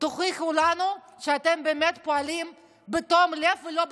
תוכיחו לנו שאתם באמת פועלים בתום לב ולא בזדון.